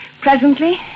Presently